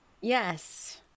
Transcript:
Yes